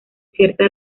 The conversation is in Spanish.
cierta